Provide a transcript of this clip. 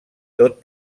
tot